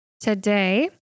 today